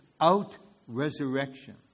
out-resurrection